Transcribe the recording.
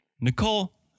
Nicole